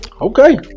okay